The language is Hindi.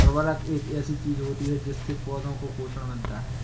उर्वरक एक ऐसी चीज होती है जिससे पौधों को पोषण मिलता है